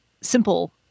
simple